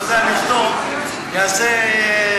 כל עיתונאי שיש לו עיפרון ויודע לכתוב יעשה פוליטיקה.